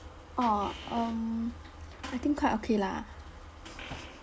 orh um I think quite okay lah